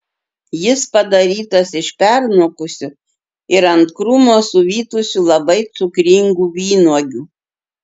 jis padarytas iš pernokusių ir ant krūmo suvytusių labai cukringų vynuogių